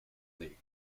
league